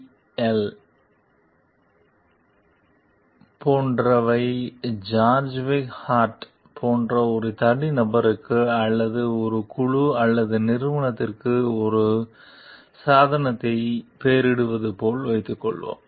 S முழங்கால் போன்ற Jarvik heart போன்ற ஒரு தனிநபருக்கு அல்லது ஒரு குழு அல்லது நிறுவனத்திற்கு ஒரு சாதனத்தை பெயரிடுவது போல் வைத்துக்கொள்வோம்